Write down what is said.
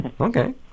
Okay